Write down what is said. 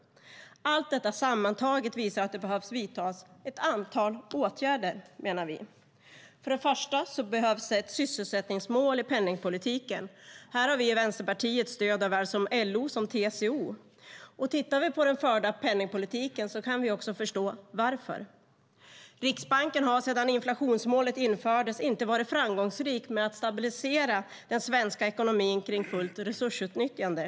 Allt detta sammantaget visar att det behövs vidtas ett antal åtgärder, menar vi. För det första behövs det ett sysselsättningsmål i penningpolitiken. Här har vi i Vänsterpartiet stöd av såväl LO som TCO. Tittar vi på den förda penningpolitiken kan vi också förstå varför. Riksbanken har sedan inflationsmålet infördes inte varit framgångsrik med att stabilisera den svenska ekonomin kring fullt resursutnyttjande.